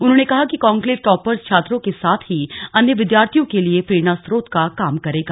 उन्होंने कहा कि कान्क्लेव टॉपर्स छात्रों के साथ ही अन्य विद्यार्थियों के लिए प्रेरणास्रोत का काम करेगा